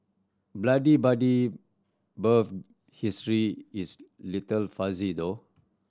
blood Buddy birth history is little fuzzy though